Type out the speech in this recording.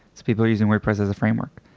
people are using wordpress as a framework.